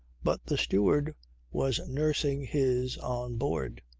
but the steward was nursing his on board.